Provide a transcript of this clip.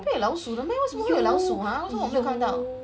那边有老鼠的 meh 为什么会有老鼠 !huh! 为什么我没有看到